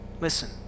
Listen